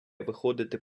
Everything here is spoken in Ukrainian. виходити